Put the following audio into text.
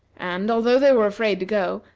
and although they were afraid to go,